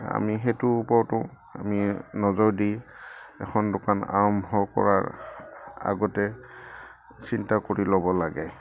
আমি সেইটোৰ ওপৰতো আমি নজৰ দি এখন দোকান আৰম্ভ কৰাৰ আগতে চিন্তা কৰি ল'ব লাগে